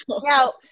Now